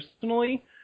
personally